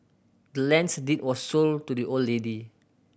the land's deed was sold to the old lady